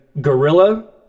Gorilla